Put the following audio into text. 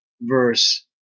verse